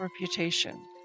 reputation